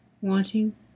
wanting